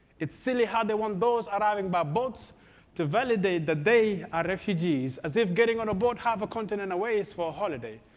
it's silly how they want those arriving by boats to validate that they are refugees, as if getting on a boat half a continent away is for holiday.